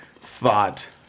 thought